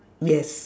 yes